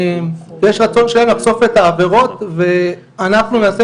יש רצון שלהם לחשוף את העבירות ואנחנו למעשה,